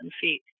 feet